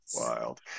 Wild